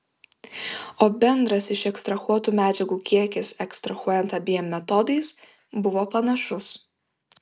o bendras išekstrahuotų medžiagų kiekis ekstrahuojant abiem metodais buvo panašus